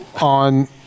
on